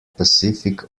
pacific